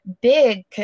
big